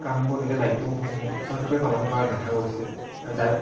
কামবোৰ নিজৰ দায়িত্ববোৰ সুচাৰুৰূপে পালন কৰা দেখা গৈছে আৰু যাৰ